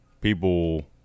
people